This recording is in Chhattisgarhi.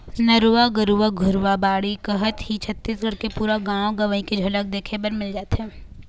नरूवा, गरूवा, घुरूवा, बाड़ी कहत ही छत्तीसगढ़ के पुरा गाँव गंवई के झलक देखे बर मिल जाथे